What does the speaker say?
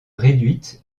réduite